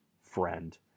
friend